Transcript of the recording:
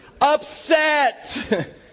upset